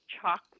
chalk